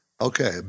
Okay